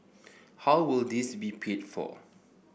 how would this be paid for